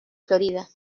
florida